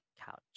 couch